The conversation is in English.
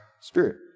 Spirit